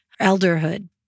elderhood